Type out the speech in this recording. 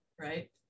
right